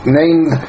named